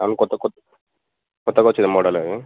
అవును కొత్తకొత్త కొత్తగా వచ్చిన మోడలా అవి